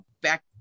back